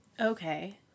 Okay